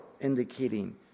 indicating